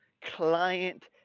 Client